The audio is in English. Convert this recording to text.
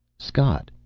scott!